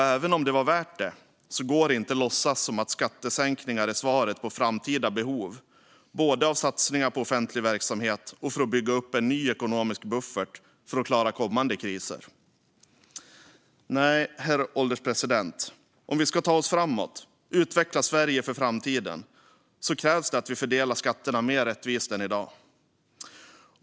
Även om det var värt det går det inte att låtsas som att skattesänkningar är svaret på framtida behov av satsningar på offentlig verksamhet och av att bygga upp en ny ekonomisk buffert för att klara kommande kriser. Herr ålderspresident! Om vi ska ta oss framåt och utveckla Sverige för framtiden krävs det att vi fördelar skatterna mer rättvist än i dag.